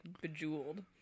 bejeweled